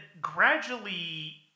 gradually